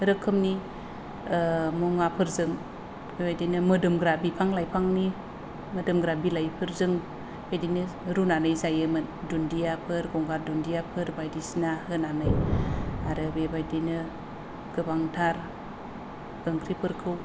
रोखोमनि मुवाफोरजों बेबायदिनो मोदोमग्रा बिफां लाइफांफोरनि मोदोमग्रा बिलाइफोरजों बिदिनो रुनानै जायोमोन दुनदियाफोर गंगार दुनदियाफोर बायदिसिना होनानै आरो बेबायदिनो गोबांथार ओंख्रिफोरखौ